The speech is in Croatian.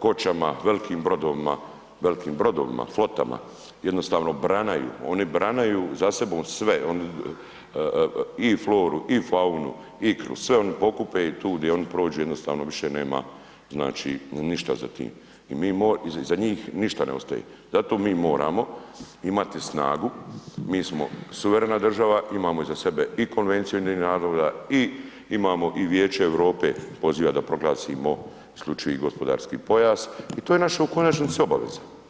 kočama, velkim brodovima, velikim brodovima flotama, jednostavno branaju, oni branaju zasebom sve i floru i faunu, ikru, sve oni pokupe i tu gdje oni prođu jednostavno više nema znači ništa za tim, za njih ništa ne ostaje, zato mi moramo imati snagu, mi smo suverena država, imamo i za sebe i konvenciju UN-a i imamo i Vijeće Europe, poziva da proglasimo isključivi gospodarski pojas i to je naša u konačnici obaveza.